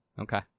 Okay